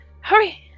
Hurry